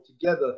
together